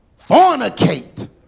fornicate